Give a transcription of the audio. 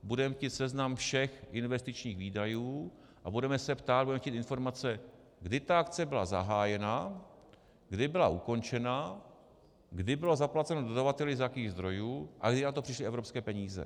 Budeme chtít seznam všech investičních výdajů a budeme se ptát, budeme chtít informace, kdy ta akce byla zahájena, kdy byla ukončena, kdy bylo zaplaceno dodavateli a z jakých zdrojů a kdy na to přišly evropské peníze.